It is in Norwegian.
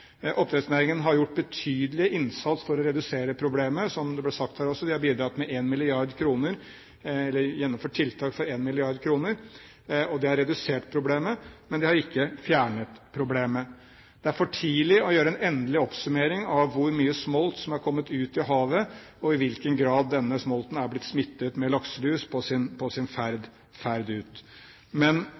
Oppdrettsnæringen har gjort betydelig innsats for å redusere problemet, som det ble sagt her også. De har gjennomført tiltak for 1 mrd. kr, og det har redusert problemet, men det har ikke fjernet problemet. Det er for tidlig å gjøre en endelig oppsummering av hvor mye smolt som har kommet ut i havet, og i hvilken grad denne smolten er blitt smittet med lakselus på sin ferd ut. Men